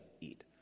eat